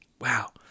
wow